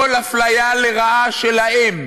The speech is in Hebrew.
כל אפליה לרעה שלהם